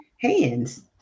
hands